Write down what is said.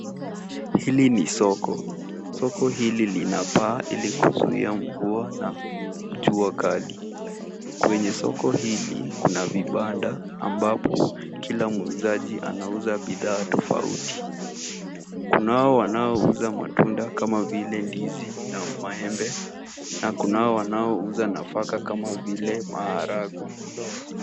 Hili ni soko. Soko hili lina paa ili kuzuia mvua na jua kali. Kwenye soko hili kuna vibanda ambapo kila mwuzaji anauza bidhaa tofauti. Kunao wanaouza matunda kama vile ndizi na maembe na kunao wanaouza nafaka kama vile maharagwe.